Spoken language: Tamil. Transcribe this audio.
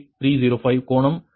98305 கோணம் மைனஸ் 1